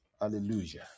Hallelujah